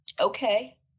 okay